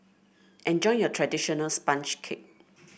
enjoy your traditional sponge cake